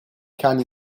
cani